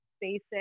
basic